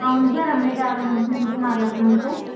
అవును sir Ramya travel agency నుంచి మాట్లాడుతున్నాము సార్